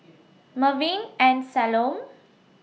Mervin and Salome